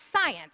science